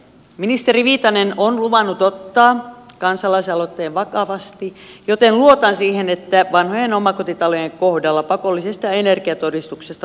ministeri viitanen on luvannut ottaa kansalaisaloitteen vakavasti joten luotan siihen että vanhojen omakotitalojen kohdalla pakollisesta energiatodistuksesta luovutaan